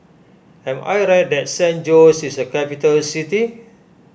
am I right that San Jose is a capital city